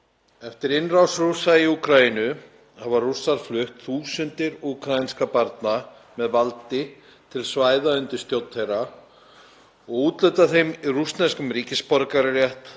Eftir innrás Rússa í Úkraínu hafa Rússar flutt þúsundir úkraínskra barna með valdi til svæða undir stjórn þeirra og úthlutað þeim rússneskum ríkisborgararétti,